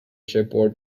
shipboard